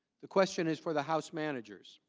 the question is for the house managers.